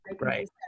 right